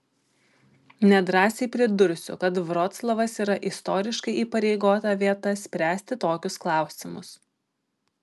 nedrąsiai pridursiu kad vroclavas yra istoriškai įpareigota vieta spręsti tokius klausimus